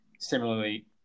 Similarly